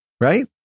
Right